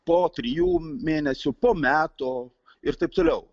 po trijų mėnesių po metų ir taip toliau